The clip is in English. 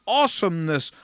awesomeness